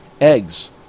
Eggs